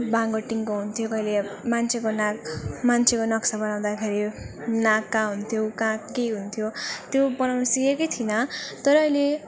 बाङ्गो टिङ्गो हुन्थ्यो कहिले मान्छेको नाक मान्छेको नक्सा बनाउँदाखेरि नाक कहाँ हुन्थ्यो कहाँ के हुन्थ्यो त्यो बनाउनु सिकेकै थिइनँ तर अहिले